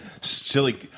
silly